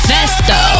Festo